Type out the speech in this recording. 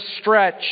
stretch